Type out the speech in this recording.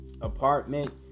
apartment